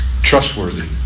trustworthy